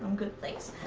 good things.